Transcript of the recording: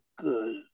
good